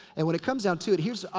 and when it comes down to it. here's.